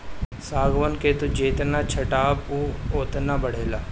सागवान के तू जेतने छठबअ उ ओतने बढ़ेला